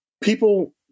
people